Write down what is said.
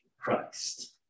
Christ